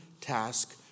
task